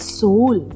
soul